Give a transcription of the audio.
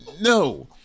No